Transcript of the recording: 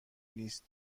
نیست